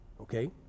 okay